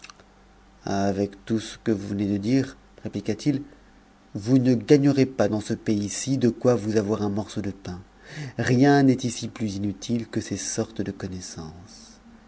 avec tout ce que vous venez de dire répliqua-t-il vous ne gagnerez pas dans ce pays-ci de quoi vous avoir un morceau de pain rien n'est ici plus inutile que ces sortes de connaissances